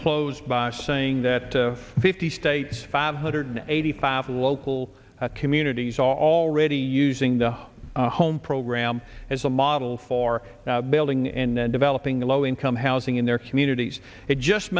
close by saying that fifty states five hundred eighty five local communities are already using the home program as a model for building and developing the low income housing in their communities it just